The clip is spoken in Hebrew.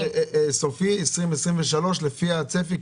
שנת 2023, כיעד סופי לפי הצפי?